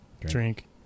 drink